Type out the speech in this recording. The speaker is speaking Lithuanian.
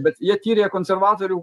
bet jie tyrė konservatorių